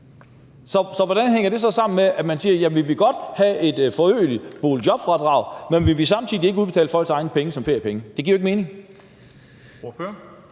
Så hvordan hænger det sammen med, at man siger: Ja, vi vil godt have et forøget boligjobfradrag, men vi vil samtidig ikke udbetale folks egne penge som feriepenge? Det giver jo ikke mening.